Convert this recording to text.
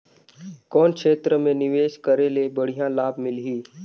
कौन क्षेत्र मे निवेश करे ले बढ़िया लाभ मिलही?